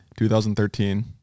2013